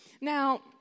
Now